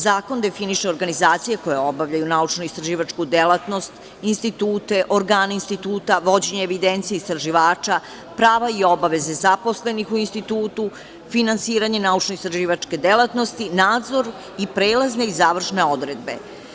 Zakon definiše organizacije koje obavljaju naučno-istraživačku delatnost, institute, organe instituta, vođenje evidencije istraživača, prava i obaveze zaposlenih u institutu, finansiranje naučno-istraživačke delatnosti, nadzor i prelazne i završne odredbe.